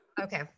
Okay